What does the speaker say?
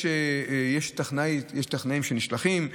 יש טכנאים שנשלחים.